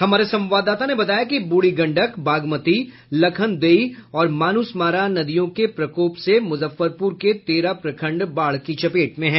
हमारे संवाददाता ने बताया कि बूढ़ी गंडक बागमती लखनदेई और मानुषमारा नदियों के प्रकोप से मुजफ्फरपुर के तेरह प्रखंड बाढ़ की चपेट में हैं